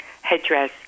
headdress